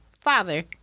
father